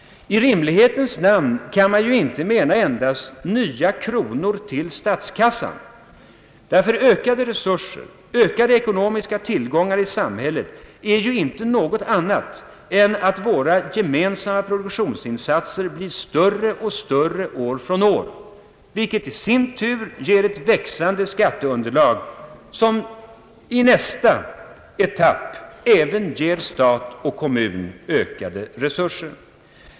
I rimlighetens namn kan man ju inte mena endast nya kronor till statskassan. Ökade resurser, ökade ekonomiska tillgångar i samhället är ju inte något annat än att våra gemensamma produktionsinsatser blir större och större år från år, vilket i sin tur ger ett växande skatteunderlag som i nästa etapp även ger stat och kommun ökade resurser.